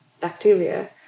bacteria